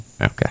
Okay